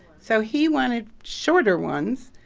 so, he wanted shorter ones.